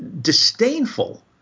disdainful